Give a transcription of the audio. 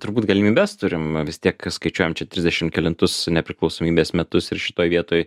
turbūt galimybes turim vis tiek skaičiuojam čia trisdešim kelintus nepriklausomybės metus ir šitoj vietoj